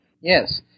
Yes